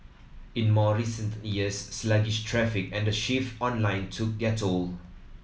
in more recent years sluggish traffic and the shift online took toll